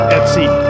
Etsy